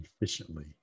efficiently